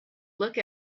look